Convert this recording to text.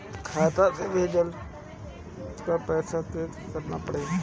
खाता से पैसा भेजे ला का करे के पड़ी?